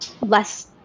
less